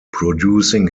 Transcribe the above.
producing